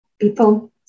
people